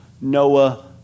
Noah